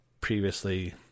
previously